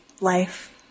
life